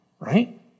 Right